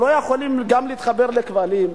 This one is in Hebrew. שלא יכולים להתחבר לכבלים,